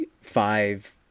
five